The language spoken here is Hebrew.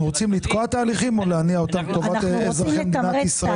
אנחנו רוצים לתקוע תהליכים או להניע אותם לטובת אזרחי מדינת ישראל?